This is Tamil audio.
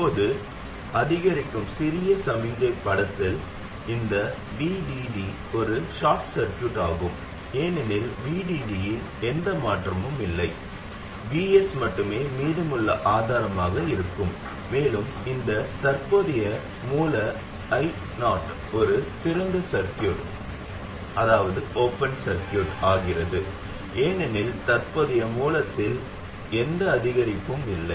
இப்போது அதிகரிக்கும் சிறிய சமிக்ஞை படத்தில் இந்த VDD ஒரு ஷார்ட் சர்கியூட் ஆகும் ஏனெனில் VDD இல் எந்த மாற்றமும் இல்லை Vs மட்டுமே மீதமுள்ள ஆதாரமாக இருக்கும் மேலும் இந்த தற்போதைய மூல I0 ஒரு திறந்த சர்கியூட் ஆகிறது ஏனெனில் தற்போதைய மூலத்தில் எந்த அதிகரிப்பும் இல்லை